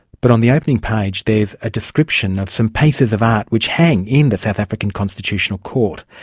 but on the opening page there's a description of some pieces of art which hang in the south african constitutional court,